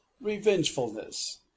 revengefulness